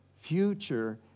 future